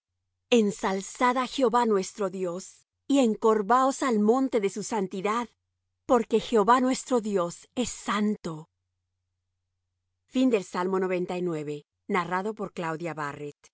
ensalzad á jehová nuestro dios y encorvaos al monte de su santidad porque jehová nuestro dios es santo